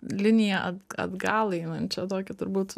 liniją atgal einančią tokią turbūt